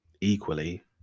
equally